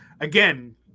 Again